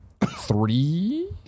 three